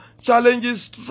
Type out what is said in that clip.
challenges